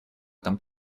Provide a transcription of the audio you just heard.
этом